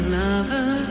lover